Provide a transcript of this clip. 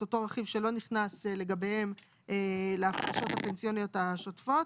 אותו רכיב שלא נכנס לגביהם להפרשות הפנסיוניות השוטפות.